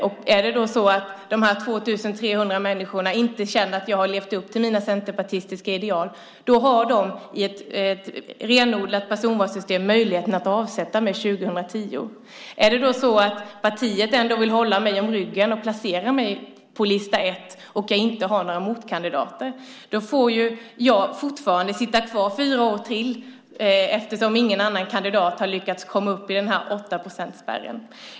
Om de 2 300 människorna inte känner att jag har levt upp till de centerpartistiska idealen har de i ett renodlat personvalssystem möjlighet att avsätta mig 2010. Om partiet ändå vill hålla mig om ryggen och placera mig på lista 1 och jag inte har några motkandidater får jag ju sitta kvar fyra år till eftersom ingen annan kandidat har lyckats komma upp till åttaprocentsspärren.